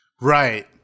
right